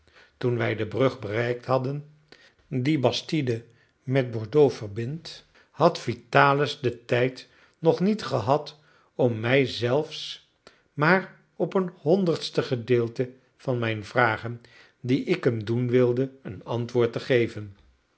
toen wij de brug bereikt hadden die bastide met bordeaux verbindt had vitalis den tijd nog niet gehad om mij zelfs maar op een honderdste gedeelte van mijn vragen die ik hem doen wilde een antwoord te geven